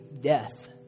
death